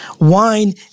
Wine